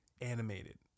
animated